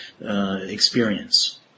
experience